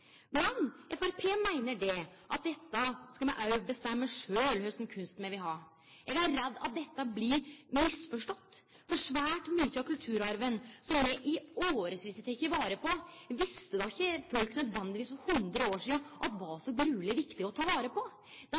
Men Framstegspartiet meiner at vi skal bestemme sjølve kva for kunst vi vil ha. Eg er redd at dette blir misforstått, for svært mykje av kulturarven som vi i årevis har teke vare på, visste ikkje folk for 100 år sidan nødvendigvis at det var så grueleg viktig å ta vare på. Det